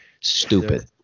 stupid